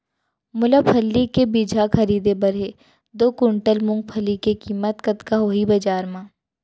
मोला फल्ली के बीजहा खरीदे बर हे दो कुंटल मूंगफली के किम्मत कतका होही बजार म?